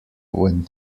when